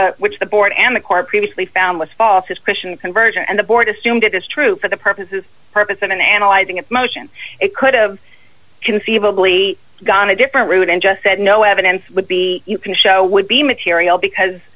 with which the board and the car previously found was false christian conversion and the board assumed it is true for the purposes purpose and in analyzing a motion it could have conceivably gone a different route and just said no evidence would be you can show would be material because